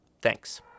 Thanks